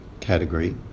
category